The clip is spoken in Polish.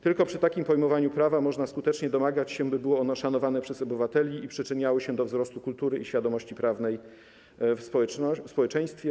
Tylko przy takim pojmowaniu prawa można skutecznie domagać się, by było ono szanowane przez obywateli i przyczyniało się do wzrostu kultury i świadomości prawnej w społeczeństwie.